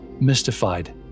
mystified